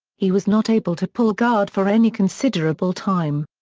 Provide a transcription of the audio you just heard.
he was not able to pull guard for any considerable time.